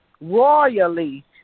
royally